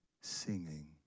singing